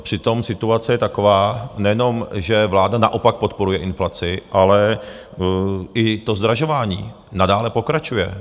Přitom situace je taková, nejenom že vláda naopak podporuje inflaci, ale i to zdražování nadále pokračuje.